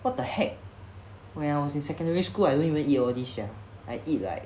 what the heck when I was in secondary school I don't even eat all these sia I eat like